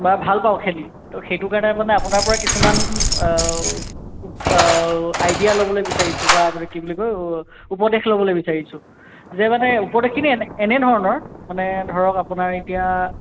বা ভালপাওঁ খেলি ত' সেইটো কাৰণে মানে আপোনাৰপৰা কিছুমান আইডিয়া ল'বলৈ বিচাৰিছোঁ বা মানে কি বুলি কয় উপদেশ ল'বলৈ বিচাৰিছোঁ যে মানে উপদেশখিনি এনে এনেধৰণৰ মানে ধৰক আপোনাৰ এতিয়া